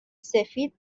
سفید